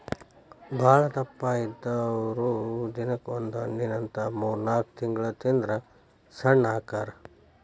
ಬಾಳದಪ್ಪ ಇದ್ದಾವ್ರು ದಿನಕ್ಕ ಒಂದ ಹಣ್ಣಿನಂತ ಮೂರ್ನಾಲ್ಕ ತಿಂಗಳ ತಿಂದ್ರ ಸಣ್ಣ ಅಕ್ಕಾರ